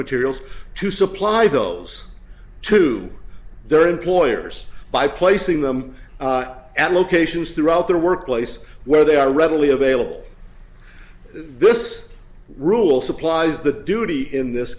materials to supply those to their employers by placing them at locations throughout their workplace where they are readily available this rule supplies the duty in this